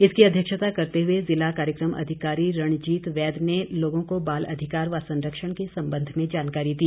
इसकी अध्यक्षता करते हुए जिला कार्यक्रम अधिकारी रणजीत वैद ने लोगों को बाल अधिकार व संरक्षण के संबंध में जानकारी दी